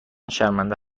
شرمنده